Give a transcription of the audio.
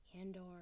Andor